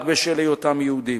רק בשל היותם יהודים.